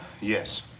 yes